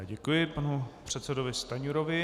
Děkuji panu předsedovi Stanjurovi.